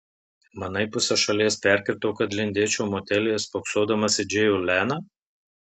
manai pusę šalies perkirtau kad lindėčiau motelyje spoksodamas į džėjų leną